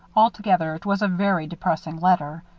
altogether, it was a very depressing letter.